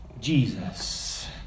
Jesus